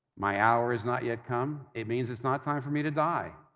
my hour has not yet come, it means, it's not time for me to die.